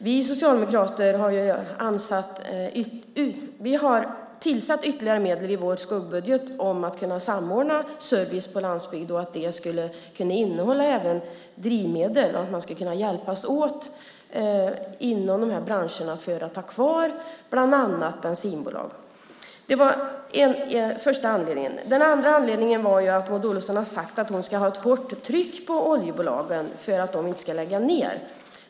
Vi socialdemokrater har avsatt ytterligare medel i vår skuggbudget för att kunna samordna service på landsbygden, och det skulle även kunna innehålla drivmedel. Man skulle kunna hjälpas åt inom de här branscherna för att ha kvar bland annat bensinbolag. Den var den första anledningen. Den andra anledningen var att Maud Olofsson har sagt att hon ska ha ett hårt tryck på oljebolagen för att de inte ska lägga ned.